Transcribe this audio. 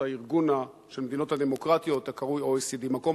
הארגון של המדינות הדמוקרטיות הקרוי OECD. המקום